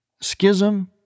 Schism